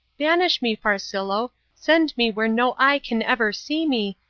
banish me, farcillo send me where no eye can ever see me,